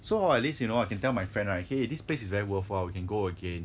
so hor at least you know I can tell my friend right !hey! this place is very worthwhile you can go again